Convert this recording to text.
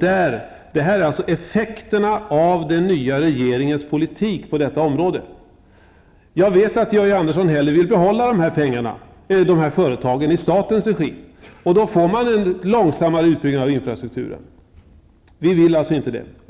Det här är alltså effekterna av den nya regeringens politik på detta område. Jag vet att Georg Andersson hellre vill behålla de här företagen i statens regi. Då får man en långsammare utbyggnad av infrastrukturen. Vi vill alltså inte det.